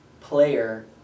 player